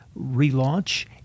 relaunch